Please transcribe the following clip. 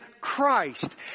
Christ